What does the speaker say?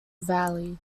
valley